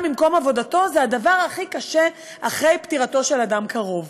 ממקום עבודתו זה הדבר הכי קשה אחרי פטירתו של אדם קרוב.